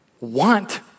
want